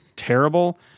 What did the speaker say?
terrible